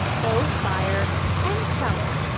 both buyer and seller.